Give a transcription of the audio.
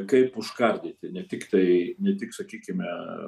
kaip užkardyti ne tiktai ne tik sakykime